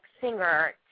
singer